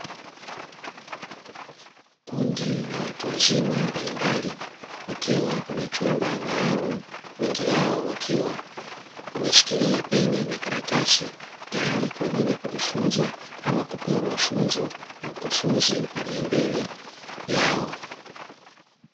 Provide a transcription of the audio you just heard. kundi la watu wazima mbalimbali wakiwa kwenye chumba maalum, wengi wao wakiwa wameshikilia peni na karatasi tayari kwa ajili kujifunza au kupewa mafunzo na mkufunzi aliyekua mbele yao.